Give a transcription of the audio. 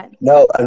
No